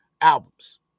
albums